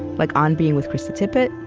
like on being with krista tippett,